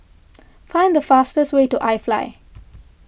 find the fastest way to IFly